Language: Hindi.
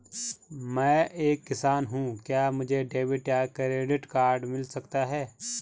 मैं एक किसान हूँ क्या मुझे डेबिट या क्रेडिट कार्ड मिल सकता है?